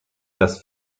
dass